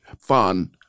fun